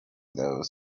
those